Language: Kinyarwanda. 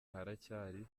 haracyari